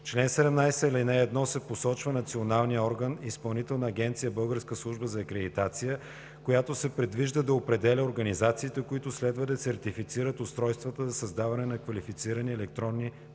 чл. 17, ал.1 се посочва националният орган, Изпълнителна агенция „Българска служба за акредитация“, която се предвижда да определя организациите, които следва да сертифицират устройствата за създаване на квалифицирани електронни подписи